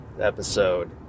episode